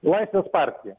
laisvės partija